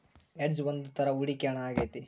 hedge ಒಂದ್ ತರ ಹೂಡಿಕೆ ಹಣ ಆಗೈತಿ